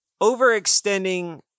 overextending